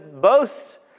boasts